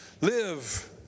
Live